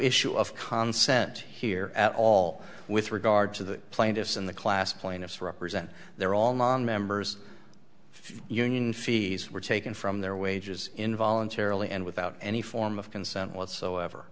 issue of concept here at all with regard to the plaintiffs in the class plaintiffs represent they're all nonmembers union fees were taken from their wages in voluntarily and without any form of consent whatsoever